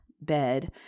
bed